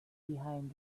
behind